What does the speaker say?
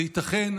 זה ייתכן.